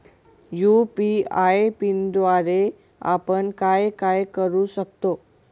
UPI पिनद्वारे आपण काय काय करु शकतो?